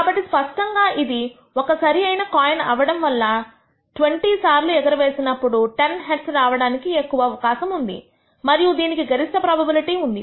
కాబట్టి స్పష్టంగా ఇది ఒక సరిఅయిన కాయిన్ అవ్వడం వల్ల 20 సార్లు ఎగరవేసినప్పుడు10 హెడ్స్ రావడానికి ఎక్కువ అవకాశం ఉంది మరియు దీనికి గరిష్ట ప్రోబబిలిటీ ఉంది